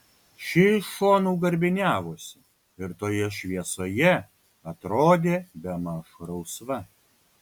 ši iš šonų garbiniavosi ir toje šviesoje atrodė bemaž rausva